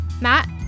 Matt